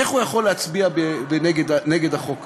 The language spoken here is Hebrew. איך הוא יכול להצביע נגד החוק הזה?